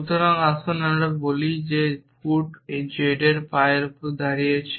সুতরাং আসুন আমরা বলি যে ফুট z এর পায়ের জন্য দাঁড়িয়েছে